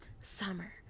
summer